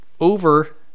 Over